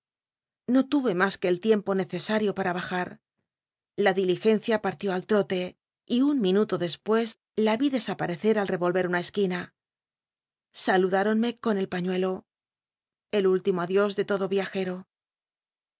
no tuve mas que el tiempo nccesmio para bajar la diligencia partió al ltote y un minuto despues la yí desaparecer al reroher una esquina saludátonme con el pañuelo el último adios de todo viajero